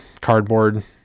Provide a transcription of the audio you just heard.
cardboard